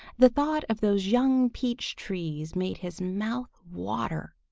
the thought of those young peach trees made his mouth water.